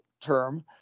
term